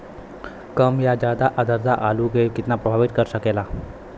कम या ज्यादा आद्रता आलू के कितना प्रभावित कर सकेला?